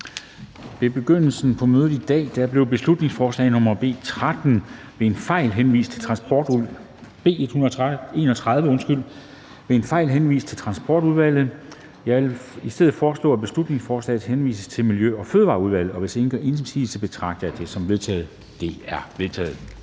I begyndelsen af mødet i dag blev beslutningsforslag nr. B 131 ved en fejl henvist direkte til Transportudvalget. Jeg vil i stedet foreslå, at beslutningsforslaget henvises direkte til Miljø- og Fødevareudvalget. Og hvis ingen gør indsigelse, betragter jeg det som vedtaget. Det er vedtaget.